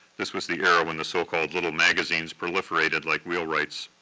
this was the era when the so-called little magazines proliferated like wheelwrights.